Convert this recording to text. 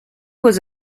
was